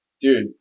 dude